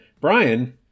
Brian